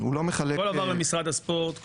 כל תכנית המתקנים עברה למשרד הספורט.